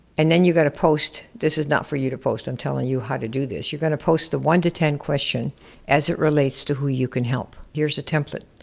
and then you gotta post, this is not for you to post, i'm telling you how to do this. you've gotta post the one to ten question as it relates to who you can help. here's a template.